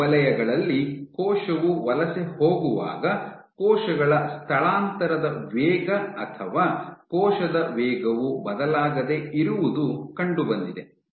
ಈ ವಲಯಗಳಲ್ಲಿ ಕೋಶವು ವಲಸೆ ಹೋಗುವಾಗ ಕೋಶಗಳ ಸ್ಥಳಾಂತರದ ವೇಗ ಅಥವಾ ಕೋಶದ ವೇಗವು ಬದಲಾಗದೆ ಇರುವುದು ಕಂಡುಬಂದಿದೆ